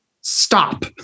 stop